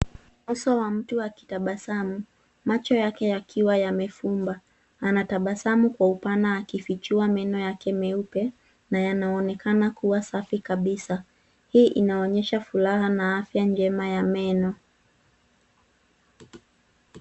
Uso wa mtu akitabasamu. Macho yake yakiwa yamefumba. Anatabasamu kwa upana akifichua meno yake meupe na yanaonekana kuwa safi kabisa. Hii inaonyesha furaha na afya njema ya meno.